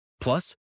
Plus